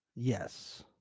Yes